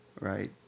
right